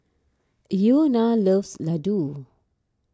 Iona loves Ladoo